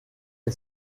est